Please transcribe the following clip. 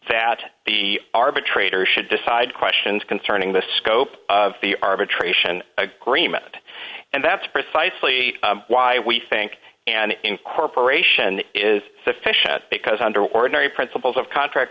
that the arbitrator should decide questions concerning the scope of the arbitration agreement and that's precisely why we think an incorporation is sufficient because under ordinary principles of contract